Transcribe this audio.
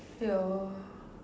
ya